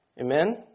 Amen